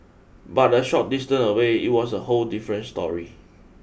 but a short distant away it was a whole different story